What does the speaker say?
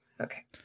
Okay